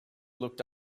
looked